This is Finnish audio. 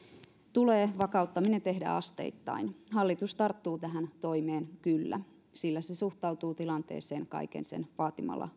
tulee vakauttaminen tehdä asteittain hallitus tarttuu tähän toimeen kyllä ja se suhtautuu tilanteeseen kaiken sen vaatimalla